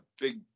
big